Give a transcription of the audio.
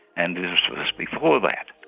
and this was before that.